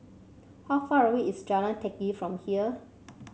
how far away is Jalan Teck Kee from here